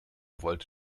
wollt